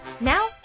Now